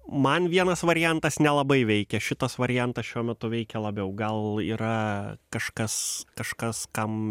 man vienas variantas nelabai veikia šitas variantas šiuo metu veikia labiau gal yra kažkas kažkas kam